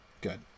Good